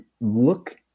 look